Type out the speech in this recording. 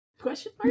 Question